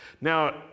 Now